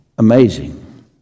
Amazing